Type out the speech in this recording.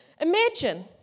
Imagine